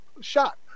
shot